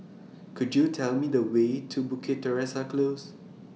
Could YOU Tell Me The Way to Bukit Teresa Close